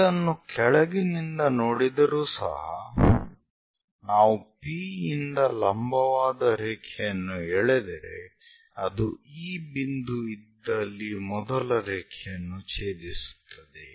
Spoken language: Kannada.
ಇದನ್ನು ಕೆಳಗಿನಿಂದ ನೋಡಿದರೂ ಸಹ ನಾವು P ಇಂದ ಲಂಬವಾದ ರೇಖೆಯನ್ನು ಎಳೆದರೆ ಅದು ಈ ಬಿಂದು ಇದ್ದಲ್ಲಿ ಮೊದಲ ರೇಖೆಯನ್ನು ಛೇದಿಸುತ್ತದೆ